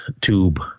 tube